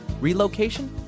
relocation